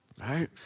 right